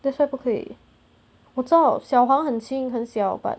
that's why 不可以我知道小黄很轻很小 but